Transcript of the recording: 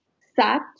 sat